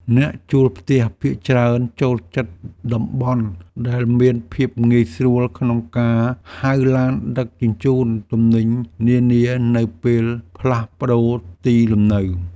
អ្នកជួលផ្ទះភាគច្រើនចូលចិត្តតំបន់ដែលមានភាពងាយស្រួលក្នុងការហៅឡានដឹកជញ្ជូនទំនិញនានានៅពេលផ្លាស់ប្តូរទីលំនៅ។